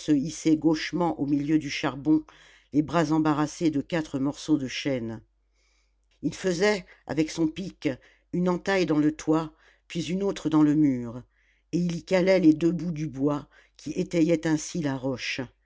hisser gauchement au milieu du charbon les bras embarrassés de quatre morceaux de chêne il faisait avec son pic une entaille dans le toit puis une autre dans le mur et il y calait les deux bouts du bois qui étayait ainsi la roche